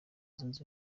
zunze